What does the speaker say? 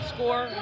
Score